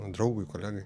draugui kolegai